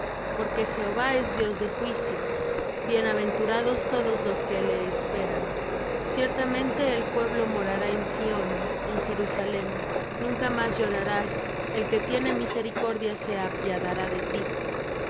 porque jehová es dios de juicio bienaventurados todos los que le esperan ciertamente el pueblo morará en sión en jerusalem nunca más llorarás el que tiene misericordia se apiadará de ti en